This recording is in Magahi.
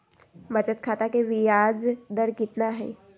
बचत खाता के बियाज दर कितना है?